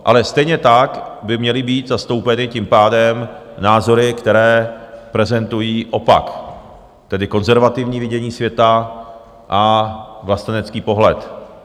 Ale stejně tak by měly být zastoupeny tím pádem názory, které prezentují opak, tedy konzervativní vidění světa a vlastenecký pohled.